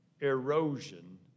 erosion